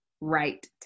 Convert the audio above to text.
right